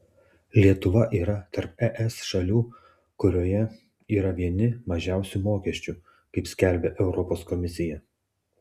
lietuva yra tarp es šalių kurioje yra vieni mažiausių mokesčių kaip skelbia europos komisija